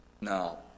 Now